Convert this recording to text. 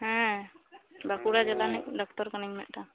ᱦᱮᱸ ᱵᱟᱠᱩᱲᱟ ᱡᱮᱞᱟ ᱨᱤᱱᱤᱡ ᱰᱟᱠᱛᱟᱨ ᱠᱟᱹᱱᱟᱹᱧ ᱢᱤᱫᱴᱟᱝ